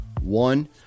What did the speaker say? one